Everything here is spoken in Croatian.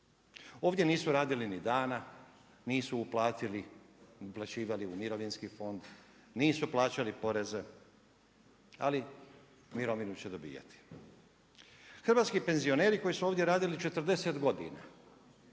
Ovdje nisu radili ni dana, nisu uplatili, uplaćivali u Mirovinski fond, nisu plaćali poreze, ali mirovinu će dobivati. Hrvatski penzioneri koji su ovdje radili 40 godina